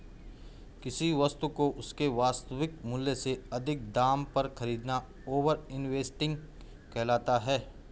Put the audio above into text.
किसी वस्तु को उसके वास्तविक मूल्य से अधिक दाम पर खरीदना ओवर इन्वेस्टिंग कहलाता है